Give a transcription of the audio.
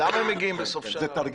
למה הם מגיעים בסוף השנה?